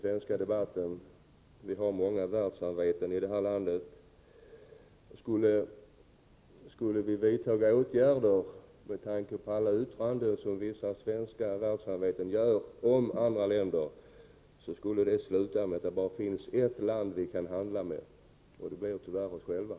Vi har många världssamveten i detta land. Skulle vi vidta åtgärder med utgångspunkti de yttranden som vissa svenska världssamveten gör om andra länder, skulle det sluta med att det bara funnes ett land som vi kunde handla med, nämligen vårt eget land.